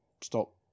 stop